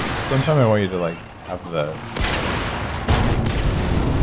sometime i you know like have the like pieces of tape or something.